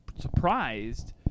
surprised